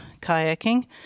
kayaking